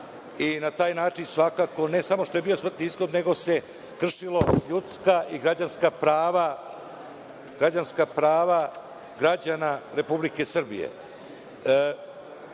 Na taj način svakako ne samo što je bio smrtni ishod nego su se kršila ljudska i građanska prava građana Republike Srbije. Kada